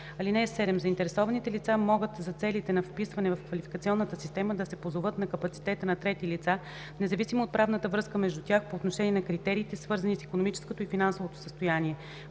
(7) Заинтересованите лица могат за целите на вписване в квалификационна система да се позоват на капацитета на трети лица, независимо от правната връзка между тях, по отношение на критериите, свързани с икономическото и финансовото състояние,